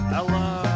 Hello